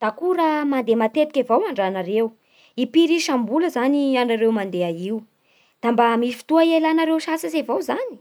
Da koa raha mandeha matetiky avao andra nareo Impiry isam-bola zany anareo mandeha io? Da mba misy fotoa ialanareo sasatsy avao zany?